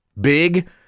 big